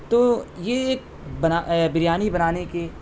تو یہ بریانی بنانے کی